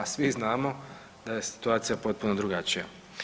A svi znamo da je situacija potpuno drugačija.